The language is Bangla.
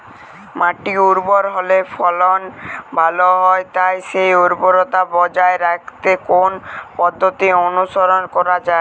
মাটি উর্বর হলে ফলন ভালো হয় তাই সেই উর্বরতা বজায় রাখতে কোন পদ্ধতি অনুসরণ করা যায়?